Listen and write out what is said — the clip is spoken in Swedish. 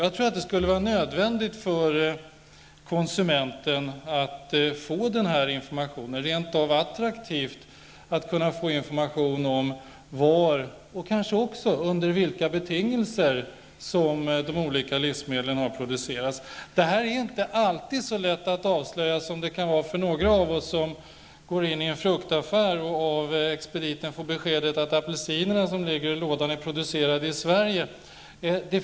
Jag tror att det skulle vara nödvändigt och rent av attraktivt för konsumenten att få information om var och kanske också under vilka betingelser som de olika livsmedlen har producerats. Det här är inte alltid lika lätt att avslöja som ett påstående från expediten i en fruktaffär om att de apelsiner som ligger i lådan är producerade i Sverige.